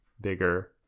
bigger